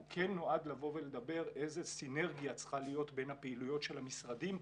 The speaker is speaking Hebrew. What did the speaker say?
הוא נועד לדבר איזה סינרגיה צריכה להיות בין הפעילויות של המשרדים,